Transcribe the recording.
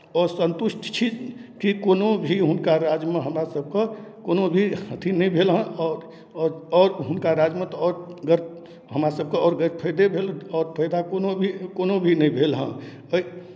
असन्तुष्ट छी की कोनो भी हुनका राज्यमे हमरासभके कोनो भी अथि नहि भेल हेँ आओर आओर आओर हुनका राज्यमे तऽ आओर गर हमरासभके गर फायदे भेल आओर फायदा कोनो भी कोनो भी नहि भेल हँ एहि